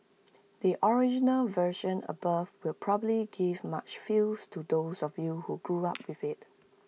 the original version above will probably give much feels to those of you who grew up with IT